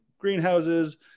greenhouses